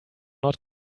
not